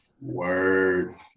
word